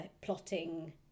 plotting